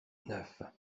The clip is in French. neuf